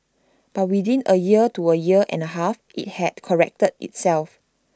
but within A year to A year and A half IT had corrected itself